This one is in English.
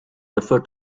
referred